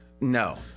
No